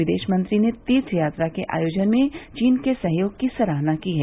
विदेश मंत्री ने तीर्थ यात्रा के आयोजन में चीन के सहयोग की सराहना की है